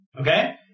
okay